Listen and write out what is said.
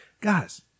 guys